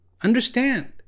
Understand